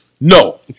No